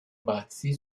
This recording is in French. bâtie